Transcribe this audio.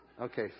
Okay